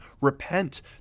Repent